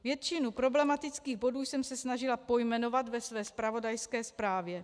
Většinu problematických bodů jsem se snažila pojmenovat ve své zpravodajské zprávě.